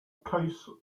case